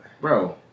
Bro